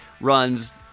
runs